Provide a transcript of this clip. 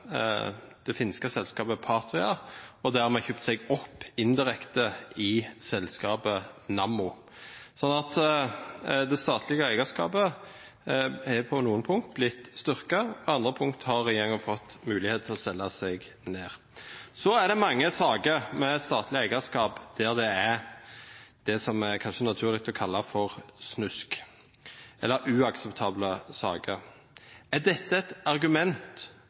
det finske selskapet Patria og dermed kjøpt seg opp indirekte i selskapet Nammo. Så det statlige eierskapet er på noen punkt blitt styrket, på andre punkt har regjeringen fått mulighet til å selge seg ned. Under statlig eierskap er det i mange saker det som det kanskje er naturlig å kalle snusk, eller uakseptable saker. Er dette et argument